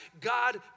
God